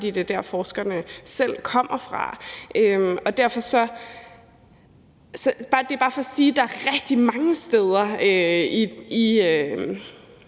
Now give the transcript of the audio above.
fordi det er der, forskerne selv kommer fra. Det er bare for at sige, at der er rigtig mange steder i